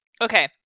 Okay